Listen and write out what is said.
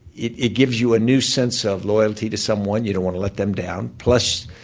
it it gives you a new sense of loyalty to someone. you don't want to let them down. plus,